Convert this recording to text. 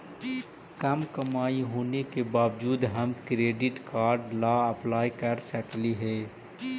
कम कमाई होने के बाबजूद हम क्रेडिट कार्ड ला अप्लाई कर सकली हे?